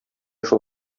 шул